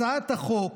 הצעת החוק